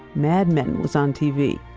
madmen was on tv.